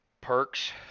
perks